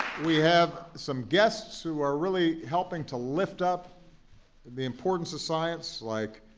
we have some guests who are really helping to lift up the importance of science, like